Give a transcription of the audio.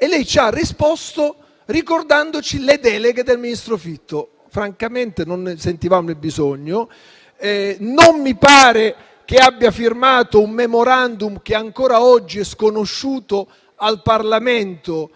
ma lei ci ha risposto ricordandoci le deleghe del ministro Fitto. Francamente non ne sentivamo il bisogno. Non mi pare che abbia firmato un *memorandum*, che ancora oggi è sconosciuto al Parlamento,